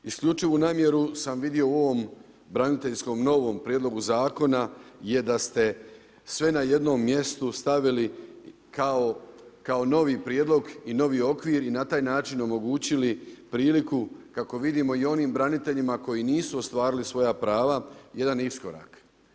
Isključivi namjeru sam vidio u ovom braniteljskom novom prijedlogu zakona je da ste sve na jednom mjestu stavili kao novi prijedlog i novi okvir i na taj način omogućili priliku kako vidimo i u onim braniteljima koji nisu ostvarili svoja prava, jedan iskorak.